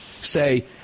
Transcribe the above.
say